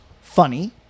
funny